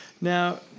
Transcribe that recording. Now